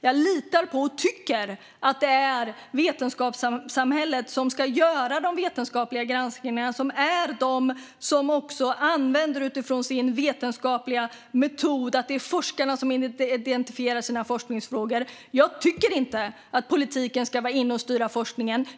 Jag litar på vetenskapssamhället och tycker att det ska göra de vetenskapliga granskningarna utifrån sin vetenskapliga metod, där det är forskarna som identifierar sina forskningsfrågor. Jag tycker inte att politiken ska vara inne och styra forskningen.